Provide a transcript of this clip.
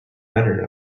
entered